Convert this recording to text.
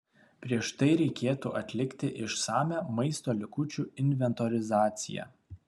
prieš tai reikėtų atlikti išsamią maisto likučių inventorizacija